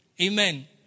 Amen